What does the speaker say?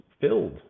filled